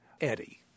Eddie